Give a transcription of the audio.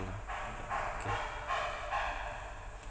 K